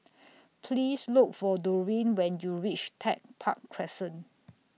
Please Look For Dorine when YOU REACH Tech Park Crescent